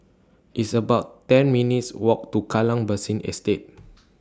It's about ten minutes' Walk to Kallang Basin Estate